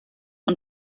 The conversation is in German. und